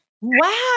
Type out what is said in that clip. Wow